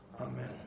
Amen